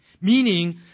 Meaning